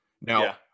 Now